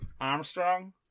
Armstrong